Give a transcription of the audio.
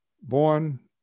born